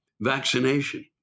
vaccination